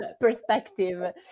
perspective